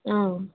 অঁ